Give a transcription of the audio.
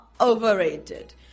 overrated